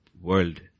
world